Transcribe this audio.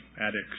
addicts